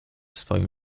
swoim